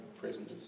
prisoners